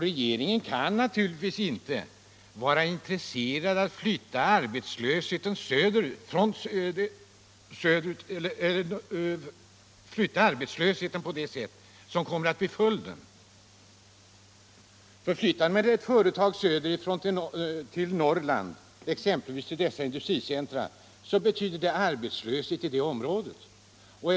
Regeringen kan naturligtvis inte vara intresserad av att flytta arbetslösheten på det sätt som kommer att bli följden. Flyttar man ett företag söderifrån till Norrland, exempelvis till dessa industricentra, så betyder det arbetslöshet i det förra området.